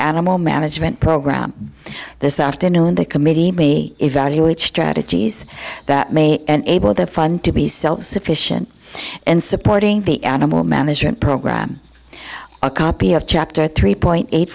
animal management program this afternoon the committee me evaluate strategies that may enable the fund to be self sufficient and supporting the animal management program a copy of chapter three point eight